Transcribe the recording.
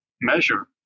measure